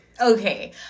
Okay